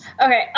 Okay